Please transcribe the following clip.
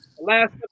last